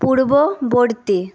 পূর্ববর্তী